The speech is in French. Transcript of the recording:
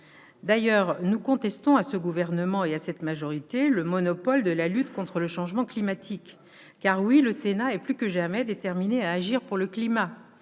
D'ailleurs, nous contestons à ce gouvernement et à cette majorité le monopole de la lutte contre le changement climatique. Oui, le Sénat est plus que jamais déterminé à agir pour le climat.